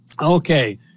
Okay